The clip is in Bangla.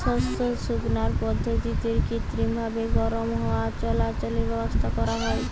শস্য শুকানার পদ্ধতিরে কৃত্রিমভাবি গরম হাওয়া চলাচলের ব্যাবস্থা করা হয়